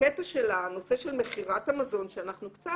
הקטע של הנושא של מכירת המזון שקצת